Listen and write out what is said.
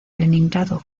leningrado